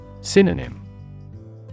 Synonym